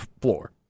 floor